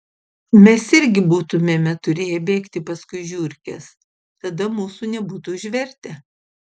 mes irgi būtumėme turėję bėgti paskui žiurkes tada mūsų nebūtų užvertę